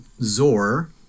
Zor